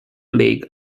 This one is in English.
league